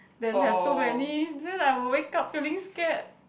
then have too many then I will wake up feeling scared